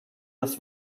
das